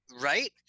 Right